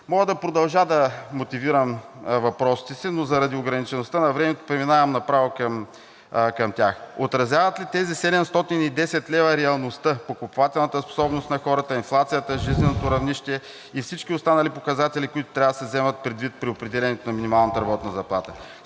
Мога да продължа да мотивирам въпросите си, но заради ограничеността на времето преминавам направо към тях: Отразяват ли тези 710 лв. реалността, покупателната способност на хората, инфлацията, жизненото равнище и всички останали показатели, които трябва да се вземат предвид при определяне на минималната работна заплата?